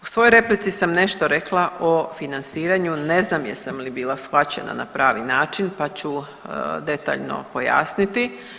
U svojoj replici sam nešto rekla o financiranju, ne znam jesam li bila shvaćena na pravi način, pa ću detaljno pojasniti.